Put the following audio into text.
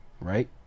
right